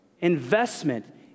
investment